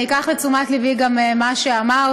אני אקח לתשומת לבי גם את מה שאמרת,